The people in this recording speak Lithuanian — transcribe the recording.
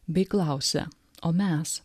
bei klausia o mes